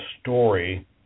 story